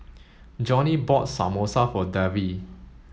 Johnny bought Samosa for Davey